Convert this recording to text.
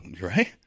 Right